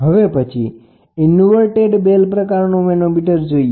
હવે પછી inverted bell પ્રકારનું મેનોમીટર જોઈએ